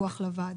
הדיווח לוועדה.